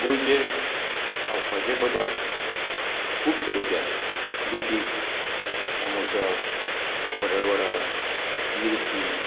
गोंयचे खावपाचे पदार्थ खूब तरेचे आसात देखीक सामोसा बटाट वडा मिर्ची